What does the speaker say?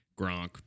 Gronk